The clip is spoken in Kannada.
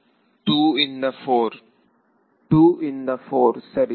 ವಿದ್ಯಾರ್ಥಿ2 ಇಂದ 4 2 ಇಂದ 4 ಸರಿ